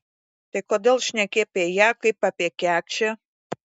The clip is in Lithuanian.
tai kodėl šneki apie ją kaip apie kekšę